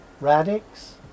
Radix